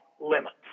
limits